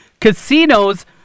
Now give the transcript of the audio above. casinos